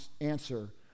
answer